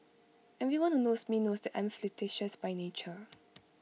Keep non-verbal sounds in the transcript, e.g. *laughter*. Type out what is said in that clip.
everyone who knows me knows that I am flirtatious by nature *noise*